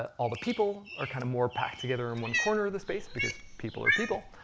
all the people are kind of more packed together in one corner of the space, because people are people,